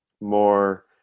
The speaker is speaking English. more